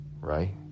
Right